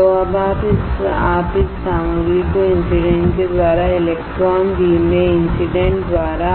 तो अब आप इस सामग्री को इंसीडेंट के द्वारा इलेक्ट्रॉन बीम में इंसीडेंट द्वारा